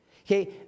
Okay